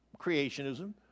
creationism